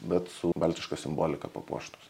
bet su baltiška simbolika papuoštus